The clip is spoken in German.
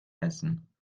essen